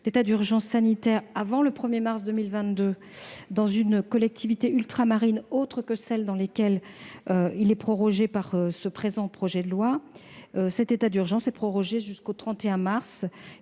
l'état d'urgence sanitaire avant le 1 mars 2022 dans une autre collectivité ultramarine que celles dans lesquelles il est prorogé par le présent projet de loi, cet état d'urgence serait également prorogé jusqu'au 31 mars